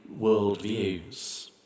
worldviews